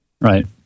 right